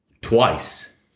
twice